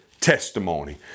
testimony